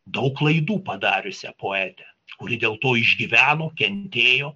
daug klaidų padariusią poetę kuri dėl to išgyveno kentėjo